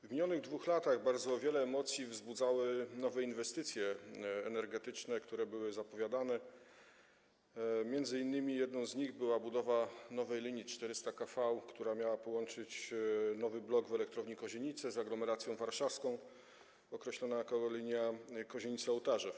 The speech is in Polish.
W minionych 2 latach bardzo wiele emocji wzbudzały nowe inwestycje energetyczne, które były zapowiadane, m.in. jedną z nich była budowa nowej linii 400 kV, która miała połączyć nowy blok w elektrowni Kozienice z aglomeracją warszawską, określona jako linia Kozienice-Ołtarzew.